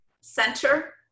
center